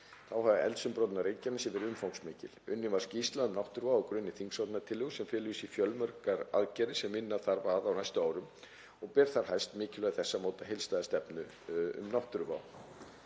Þá hafa eldsumbrotin á Reykjanesi verið umfangsmikil. Unnin var skýrsla um náttúruvá á grunni þingsályktunartillögu sem felur í sér fjölmargar aðgerðir sem vinna þarf að á næstu árum og ber þar hæst mikilvægi þess að móta heildstæða stefnu um náttúruvá.